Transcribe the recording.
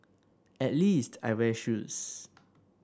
at least I wear shoes